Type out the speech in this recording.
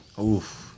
Oof